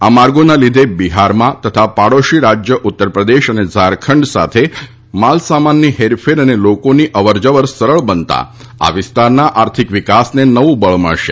આ માર્ગોના લીધે બિહારમાં તથા પાડોશી રાજયો ઉત્તરપ્રદેશ તથા ઝારખંડ સાથે માલ સામાનની હેરફેર અને લોકોની અવર જવર સરળ બનતા આ વિસ્તારના આર્થિક વિકાસને નવું બળ મળશે